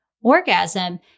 orgasm